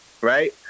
right